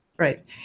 Right